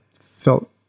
felt